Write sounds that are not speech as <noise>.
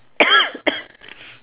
<coughs>